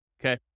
Okay